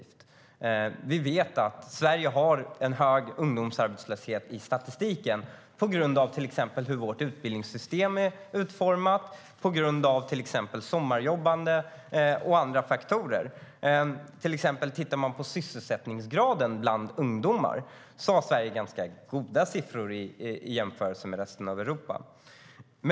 Vi vet att Sverige har en hög ungdomsarbetslöshet i statistiken på grund av hur vårt utbildningssystem är utformat, sommarjobbande och andra faktorer. Om vi ser på sysselsättningsgraden bland ungdomar har Sverige goda siffror i jämförelse med resten av Europa.